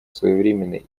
своевременной